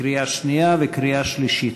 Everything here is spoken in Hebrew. לקריאה שנייה ולקריאה שלישית.